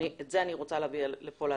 את זה אני רוצה להביא לפה להצבעה.